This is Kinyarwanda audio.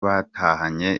batahanye